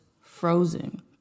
frozen